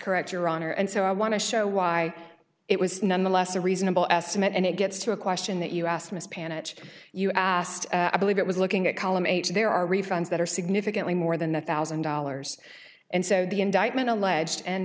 correct your honor and so i want to show why it was nonetheless a reasonable estimate and it gets to a question that you asked miss planet you asked i believe it was looking at column eight there are refunds that are significantly more than one thousand dollars and so the indictment alleged and